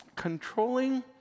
Controlling